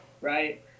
right